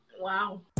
Wow